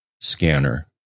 scanner